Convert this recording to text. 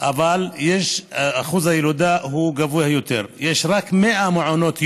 אבל אחוז הילודה גבוה יותר, יש רק 100 מעונות יום,